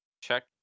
check